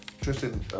Tristan